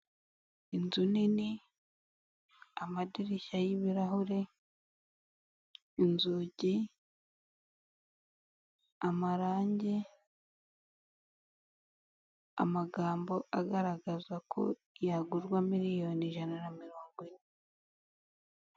Inzu nini, amadirishya y'ibirahure, inzugi, amarangi, amagambo agaragaza ko yagurwa miliyoni ijana na mirongo ine.